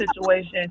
situation